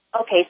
okay